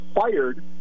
fired